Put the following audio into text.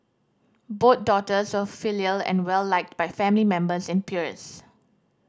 both daughters were filial and well liked by family members and peers